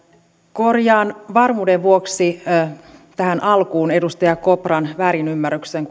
korjaan varmuuden vuoksi tähän alkuun edustaja kopran väärinymmärryksen